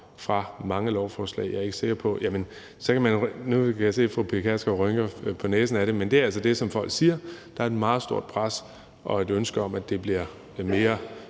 på mange lovforslag. Og nu kan jeg se, at fru Pia Kjærsgaard rynker på næsen ad det, men det er altså det, som folk siger: Der er et meget stort pres og et ønske om, at det bliver mere